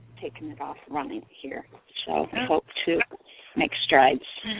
taking it off running here, so hope to make strides.